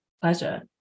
pleasure